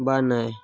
বানায়